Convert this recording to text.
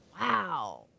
wow